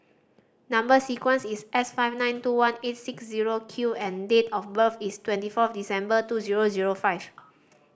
number sequence is S five nine two one eight six zero Q and date of birth is twenty fourth December two zero zero five